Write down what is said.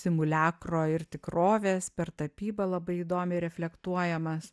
simuliakro ir tikrovės per tapybą labai įdomiai reflektuojamas